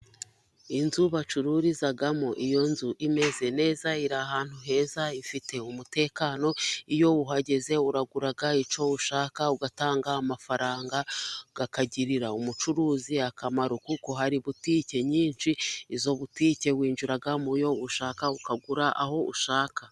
Inzu bacururizamo, iyo nzu imeze neza, iri ahantu heza, ifite umutekano, iyo uhageze uragura icyo ushaka ugatanga amafaranga, akagirira umucuruzi akamaro, kuko hari butike nyinshi, izo butike winjira mu yo ushaka ukagura aho ushaka.